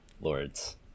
Lords